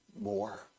more